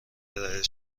ارائه